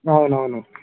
అవునవును